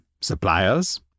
suppliers